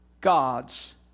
God's